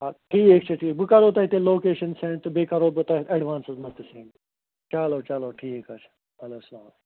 اَدٕ ٹھیٖک چھُ ٹھیٖک بہٕ کَرہو تۄہہِ تیٚلہِ لوکیشَن سیٚنٛڈ تہٕ بیٚیہِ کَرہو بہٕ تۄہہِ ایڈوانسَس منٛز تہِ سٮیٚنٛڈ چلو چلو ٹھیٖک حظ چھُ چلو اَسلام علیکُم